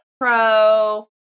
pro